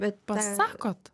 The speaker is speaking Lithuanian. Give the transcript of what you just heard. bet pasakot